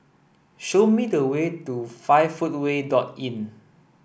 show me the way to five footway dot Inn